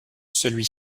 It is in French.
celui